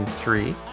Three